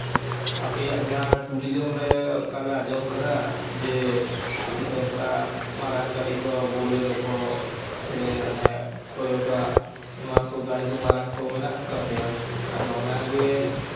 ᱟᱯᱮᱭᱟᱜ ᱡᱟᱦᱟᱸ ᱴᱩᱨᱤᱡᱚᱢ ᱨᱮ ᱚᱱᱠᱟᱞᱮ ᱟᱸᱡᱚᱢ ᱠᱟᱫᱟ ᱡᱮ ᱟᱯᱮ ᱫᱚ ᱚᱱᱠᱟ ᱢᱟᱨᱟᱝ ᱜᱟᱹᱰᱤ ᱠᱚ ᱵᱳᱞᱮᱨᱳ ᱠᱚ ᱥᱮ ᱢᱟᱱᱮ ᱴᱳᱭᱳᱴᱟ ᱮᱢᱟᱱ ᱠᱚ ᱜᱟᱹᱰᱤ ᱠᱚ ᱢᱟᱨᱟᱝ ᱠᱚ ᱢᱮᱱᱟᱜ ᱛᱟᱯᱮᱭᱟ ᱟᱫᱚ ᱚᱱᱟᱜᱮ